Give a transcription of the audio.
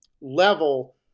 level